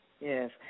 Yes